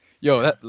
yo